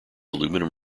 aluminum